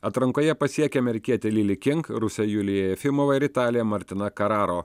atrankoje pasiekė amerikietė lili king rusė julija jefimova ir italė martina kararo